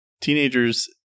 teenagers